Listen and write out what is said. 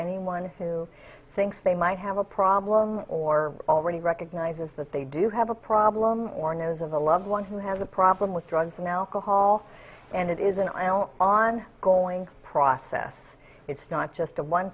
anyone who thinks they might have a problem or already recognizes that they do have a problem or knows of a loved one who has a problem with drugs and alcohol and it is an on going process it's not just a one